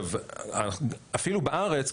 אפילו בארץ,